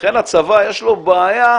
לכן לצבא יש בעיה